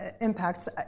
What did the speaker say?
impacts